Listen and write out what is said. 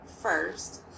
first